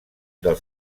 del